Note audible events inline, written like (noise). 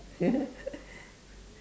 (laughs)